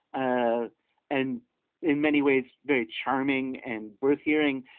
ah and in many ways very charming and worth hearing